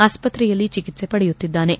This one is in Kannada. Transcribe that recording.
ಆಸ್ಪತ್ರೆಯಲ್ಲಿ ಚಿಕಿತ್ಸೆ ಪಡೆಯುತ್ತಿದ್ದಾನೆ